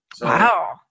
Wow